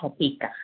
अच्छा ठीकु आहे